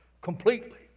completely